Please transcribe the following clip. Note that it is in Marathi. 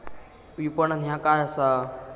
विपणन ह्या काय असा?